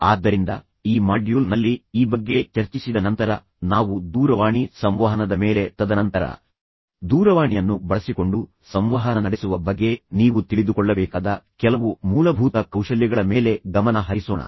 ಆದ್ದರಿಂದ ಈ ಮಾಡ್ಯೂಲ್ ನಲ್ಲಿ ಈ ಬಗ್ಗೆ ಚರ್ಚಿಸಿದ ನಂತರ ನಾವು ದೂರವಾಣಿ ಸಂವಹನದ ಮೇಲೆ ತದನಂತರ ದೂರವಾಣಿಯನ್ನು ಬಳಸಿಕೊಂಡು ಸಂವಹನ ನಡೆಸುವ ಬಗ್ಗೆ ನೀವು ತಿಳಿದುಕೊಳ್ಳಬೇಕಾದ ಕೆಲವು ಮೂಲಭೂತ ಕೌಶಲ್ಯಗಳ ಮೇಲೆ ಗಮನ ಹರಿಸೋಣ